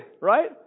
right